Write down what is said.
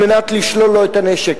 כדי לשלול לו את הנשק.